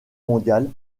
mondiale